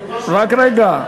לא, רק רגע.